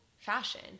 fashion